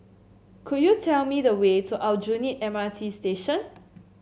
could you tell me the way to Aljunied M R T Station